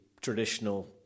traditional